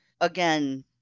again